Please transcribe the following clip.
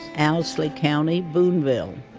owsley county, boonville.